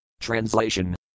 Translation